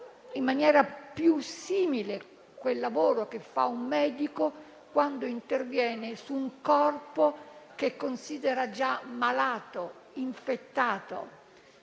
comunque più simile al lavoro che fa un medico quando interviene su un corpo che considera già malato, infettato.